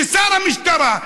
כששר המשטרה,